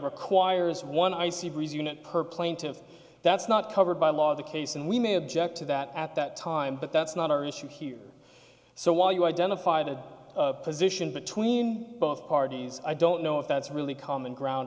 requires one i c breeze unit per plaintiff that's not covered by law the case and we may object to that at that time but that's not our issue here so while you identify the position between both parties i don't know if that's really common ground